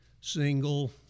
single